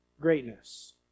greatness